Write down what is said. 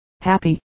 happy